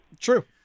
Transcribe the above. True